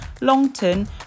Longton